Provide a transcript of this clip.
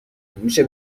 میشه